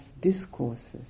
discourses